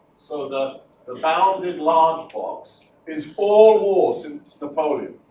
so the bounded large box is all wars since napoleon,